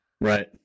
Right